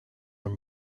are